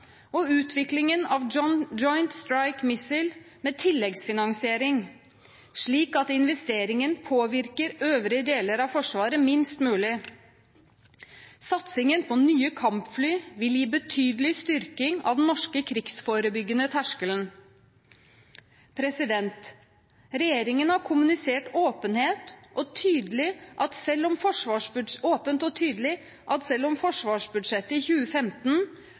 og utviklingen av Joint Strike Missile, med tilleggsfinansiering, slik at investeringen påvirker øvrige deler av Forsvaret minst mulig. Satsingen på nye kampfly vil gi betydelig styrking av den norske krigsforebyggende terskelen. Regjeringen har kommunisert åpent og tydelig at selv om forsvarsbudsjettet i 2015